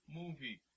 movie